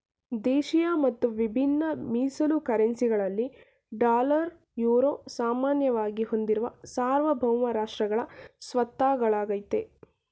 ದೇಶಿಯ ಮತ್ತು ವಿಭಿನ್ನ ಮೀಸಲು ಕರೆನ್ಸಿ ಗಳಲ್ಲಿ ಡಾಲರ್, ಯುರೋ ಸಾಮಾನ್ಯವಾಗಿ ಹೊಂದಿರುವ ಸಾರ್ವಭೌಮ ರಾಷ್ಟ್ರಗಳ ಸ್ವತ್ತಾಗಳಾಗೈತೆ